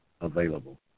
available